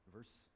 Verse